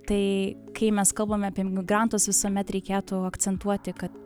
tai kai mes kalbame apie migrantus visuomet reikėtų akcentuoti kad